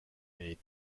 made